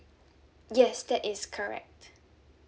yes that is correct